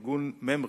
זה את ארגון ממר"י,